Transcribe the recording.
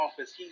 office